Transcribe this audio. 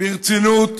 ברצינות,